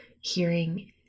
hearing